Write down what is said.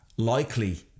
likely